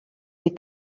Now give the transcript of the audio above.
sie